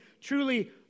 truly